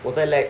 我在 lag